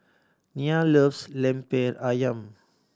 Nia loves Lemper Ayam